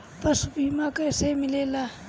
पशु बीमा कैसे मिलेला?